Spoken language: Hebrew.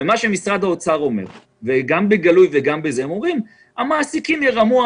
משרד האוצר אומר בגלוי: המעסיקים ירמו,